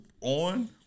on